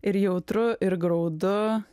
ir jautru ir graudu